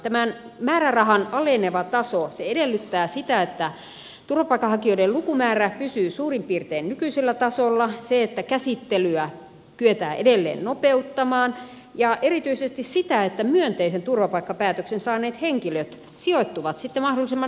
tämän määrärahan aleneva taso edellyttää sitä että turvapaikanhakijoiden lukumäärä pysyy suurin piirtein nykyisellä tasolla ja että käsittelyä kyetään edelleen nopeuttamaan ja erityisesti sitä että myönteisen turvapaikkapäätöksen saaneet henkilöt sijoittuvat sitten mahdollisimman nopeasti kuntiin